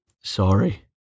Sorry